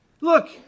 look